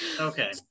okay